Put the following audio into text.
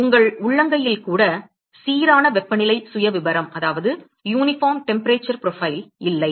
எனவே உங்கள் உள்ளங்கையில் கூட சீரான வெப்பநிலை சுயவிவரம் இல்லை